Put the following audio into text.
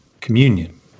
communion